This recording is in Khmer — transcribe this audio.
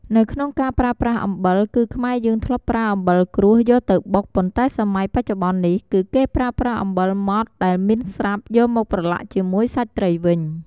នៅក្នុងការប្រើប្រាស់អំបិល គឺខ្មែរយើងធ្លាប់ប្រើអំបិលគ្រួសយកទៅបុក ប៉ុន្តែសម័យបច្ចុប្បន្ននេះ គឺគេប្រើប្រាស់អំបិលម៉ត់ដែលមានស្រាប់យកមកប្រឡាក់ជាមួយសាច់ត្រីវិញ។